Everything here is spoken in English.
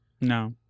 No